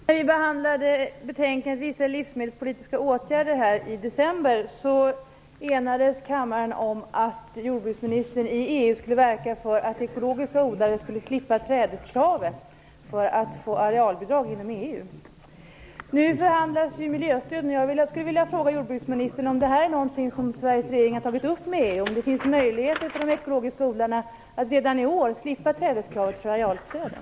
Herr talman! När vi här behandlande betänkandet Livsmedelspolitiska åtgärder i december enades kammaren om att jordbruksministern i EU skulle verka för att ekologiska odlare skulle slippa trädeskravet för att få arealbidrag inom EU. Sveriges regering har tagit upp i EU. Finns det möjligheter för de ekologiska odlarna att redan i år slippa trädeskravet när det gäller arealstödet?